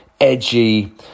edgy